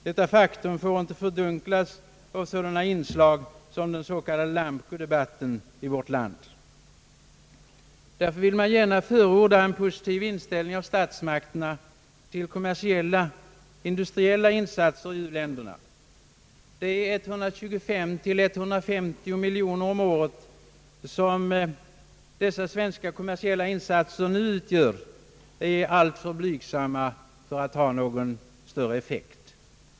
Detta faktum får inte fördunklas av sådana inslag som den s.k. Lamco-debatten. Därför vill jag gärna förorda en positiv inställning hos statsmakterna till kommersiella, industriella insatser i u-länderna. De 125-150 miljoner om året som de svenska kommersiella insatserna nu uppgår till är en alltför blygsam insats för att ha någon större effekt.